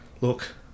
Look